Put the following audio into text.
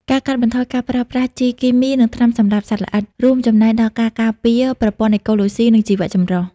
ការកាត់បន្ថយការប្រើប្រាស់ជីគីមី និងថ្នាំសម្លាប់សត្វល្អិត រួមចំណែកដល់ការការពារប្រព័ន្ធអេកូឡូស៊ី និងជីវចម្រុះ។